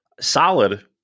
solid